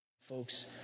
folks